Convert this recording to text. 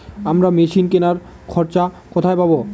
আমরা মেশিন কেনার খরচা কোথায় পাবো?